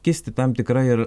kisti tam tikra ir